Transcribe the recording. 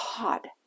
God